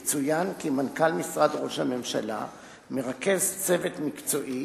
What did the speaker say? יצוין כי מנכ"ל משרד ראש הממשלה מרכז צוות מקצועי